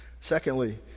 Secondly